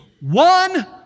one